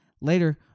Later